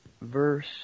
verse